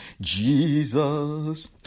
Jesus